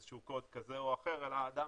איזה שהוא קוד כזה או אחר אלא האדם